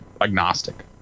agnostic